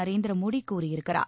நரேந்திர மோடி கூறியிருக்கிறார்